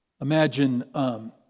Imagine